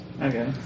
Okay